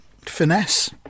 Finesse